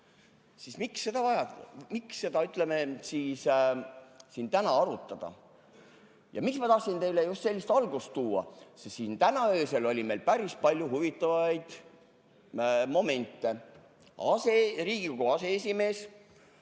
siis miks seda vaja on, miks seda siin täna arutada. Miks ma tahtsin teile just sellist algust tuua? Sest siin täna öösel oli meil päris palju huvitavaid momente. Riigikogu aseesimees